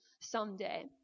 someday